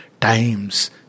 Times